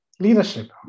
Leadership